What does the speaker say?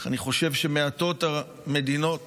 אני חושב שמעטות המדינות